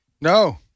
No